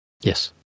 Yes